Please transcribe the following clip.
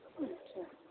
اچھا